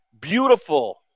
beautiful